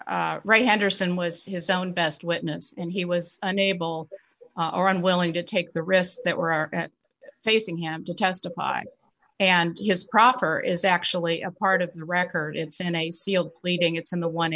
are right henderson was his own best witness and he was unable or unwilling to take the risks that were facing him to testify and his proper is actually a part of the record it's in a sealed pleading it's in the one